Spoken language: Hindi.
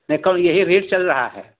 देखो यही रेट चल रहा है